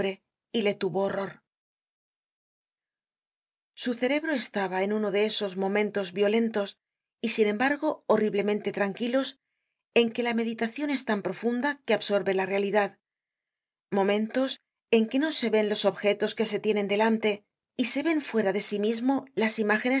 y le tuvo horror su cerebro estaba en uno de esos momentos violentos y sin embargo horriblemente tranquilos en que la meditacion es tan profunda que absorbe la realidad momentos en que no se ven los objetos que se tienen delante y se ven fuera de sí mismo las imágenes